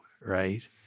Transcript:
right